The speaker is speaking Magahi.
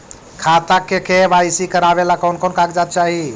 खाता के के.वाई.सी करावेला कौन कौन कागजात चाही?